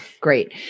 Great